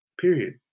Period